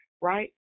right